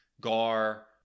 GAR